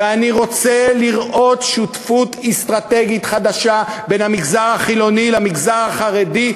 ואני רוצה לראות שותפות אסטרטגית חדשה בין המגזר החילוני למגזר החרדי,